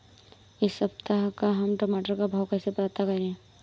इस सप्ताह का हम टमाटर का भाव कैसे पता करें?